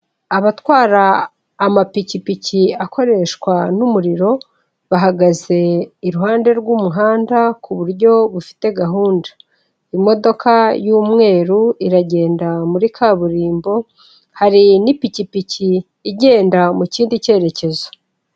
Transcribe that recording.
Abatwara amapikipiki akoreshwa n'umuriro, bahagaze iruhande rw'umuhanda ku buryo bufite gahunda. Imodoka y'umweru iragenda muri kaburimbo, hari n'ipikipiki igenda mu kindi cyerekezo.